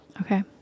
Okay